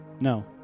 No